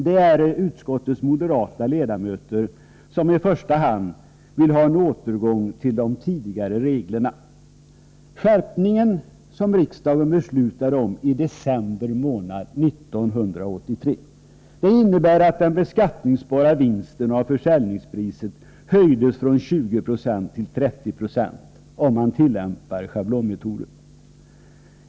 Det är utskottets moderata ledamöter som i första hand vill ha en återgång till de tidigare reglerna. Den skärpning som riksdagen beslutade om i december 1983 innebär att den beskattningsbara vinsten av försäljningspriset höjdes från 20 90 till 30 76 om man tillämpar schablonmetoden.